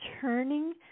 turning